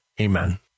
Amen